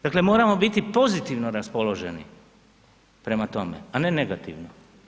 Dakle, moramo biti pozitivno raspoloženi prema tome, a ne negativno.